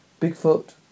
Bigfoot